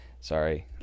Sorry